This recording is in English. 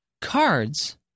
Cards